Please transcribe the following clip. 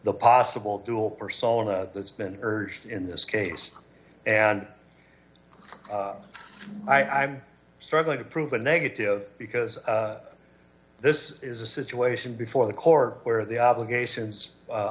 the possible dual persona that's been urged in this case and i'm struggling to prove a negative because this is a situation before the corps where the obligations